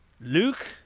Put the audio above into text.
Luke